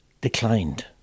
declined